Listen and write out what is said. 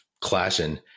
clashing